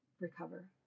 recover